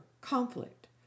Conflict